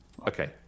Okay